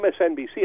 MSNBC